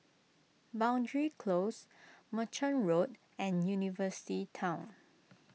Boundary Close Merchant Road and University Town